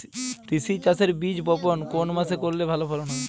তিসি চাষের বীজ বপন কোন মাসে করলে ভালো ফলন হবে?